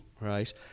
right